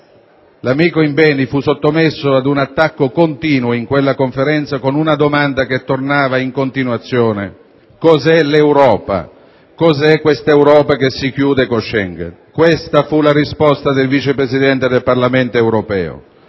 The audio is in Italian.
L'amico Imbeni fu sottoposto ad un attacco continuo in quella Conferenza, con una domanda che tornava in continuazione: cos'è l'Europa? Cos'è questa Europa che si chiude con Schengen? Questa fu la risposta del Vice presidente del Parlamento europeo: